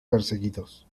perseguidos